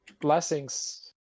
blessings